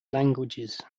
languages